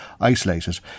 isolated